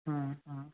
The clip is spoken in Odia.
ହୁଁ ହୁଁ